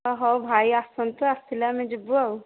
ହଉ ଭାଇ ଆସନ୍ତୁ ଆସିଲେ ଆମେ ଯିବୁ ଆଉ